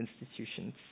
institutions